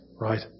Right